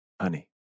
honey